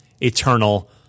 Eternal